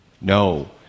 No